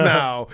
now